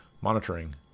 Monitoring